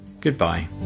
Goodbye